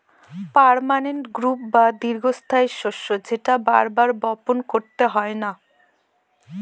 permanent crop বা দীর্ঘস্থায়ী শস্য যেটা বার বার বপন করতে হয় না